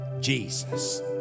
Jesus